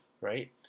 right